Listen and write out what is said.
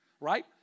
Right